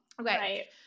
Okay